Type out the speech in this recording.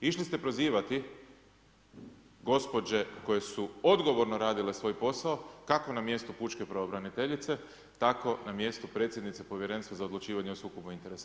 Išli ste prozivati gđe koje su odgovorno radile svoj posao, kako na mjestu pučke pravobraniteljice, tako na mjestu predsjednice povjerenstva za odlučivanje o sukobu interesa.